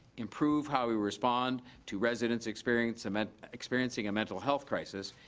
improve how we respond to residents experiencing i mean experiencing a mental health crisis,